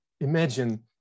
imagine